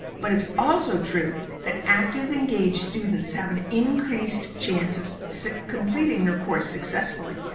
but it's also true that active, engaged students have an increased chance of so completing your course successfully,